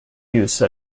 use